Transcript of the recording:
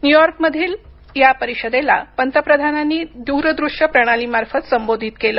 New York मधल्या या परिषदेला पंतप्रधानांनी दूरदृष्य प्रणाली मार्फत संबोधित केलं